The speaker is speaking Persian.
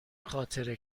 خاطر